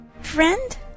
Friend